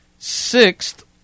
Sixth